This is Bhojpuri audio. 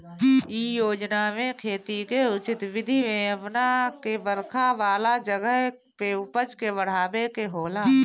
इ योजना में खेती के उचित विधि के अपना के बरखा वाला जगह पे उपज के बढ़ावे के होला